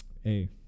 hey